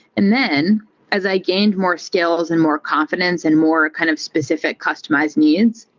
and then as i gained more scales and more confidence and more kind of specific customize needs,